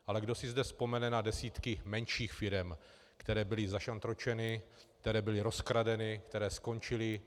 Ale kdo si zde vzpomene na desítky menších firem, které byly zašantročeny, které byly rozkradeny, které skončily?